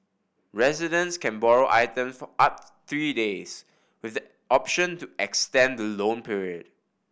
residents can borrow item for up three days with the option to extend the loan period